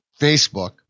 Facebook